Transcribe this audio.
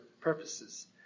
purposes